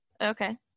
Okay